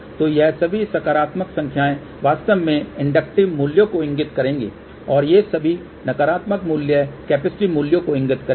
तो ये सभी सकारात्मक संख्याएं वास्तव में इंडक्टिव मूल्यों को इगिंत करेंगी और ये सभी नकारात्मक मूल्य कैपेसिटिव मूल्यों को इगिंत करेंगी